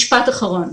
משפט אחרון.